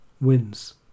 wins